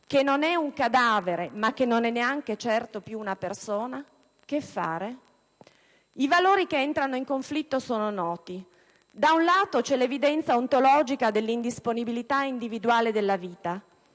che non è un cadavere ma che non è neanche certo più una persona, che fare? I valori che entrano in conflitto sono noti. Da un lato c'è l'evidenza ontologica dell'indisponibilità individuale della vita,